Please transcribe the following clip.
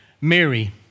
Mary